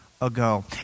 ago